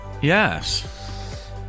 Yes